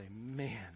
man